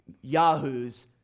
yahoos